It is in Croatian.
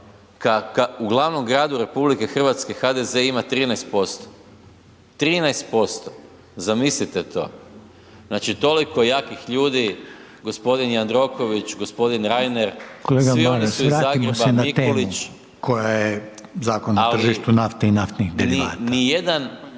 U glavnom gradu RH HDZ ima 13%, 13% zamislite to, znači toliko jakih ljudi gospodin Jandroković, gospodin Reiner, svi oni su iz Zagreba …/Upadica: Kolega Maras, vratimo se na temu koja je Zakon o tržištu nafte i naftnih derivata./…